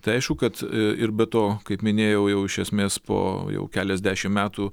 tai aišku kad ir be to kaip minėjau jau iš esmės po jau keliasdešimt metų